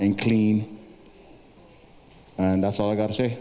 and clean and that's all i got to say